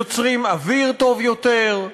יוצרים אוויר טוב יותר.